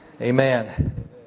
Amen